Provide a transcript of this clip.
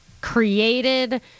created